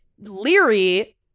Leary